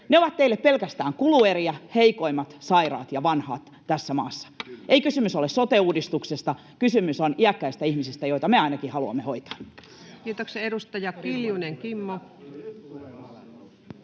He ovat teille pelkästään kulueriä, heikoimmat, sairaat ja vanhat tässä maassa. Ei kysymys ole sote-uudistuksesta, kysymys on iäkkäistä ihmisistä, joita me ainakin haluamme hoitaa. [Speech 59] Speaker: